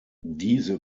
diese